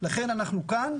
לכן אנחנו כאן.